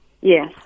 Yes